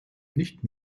nicht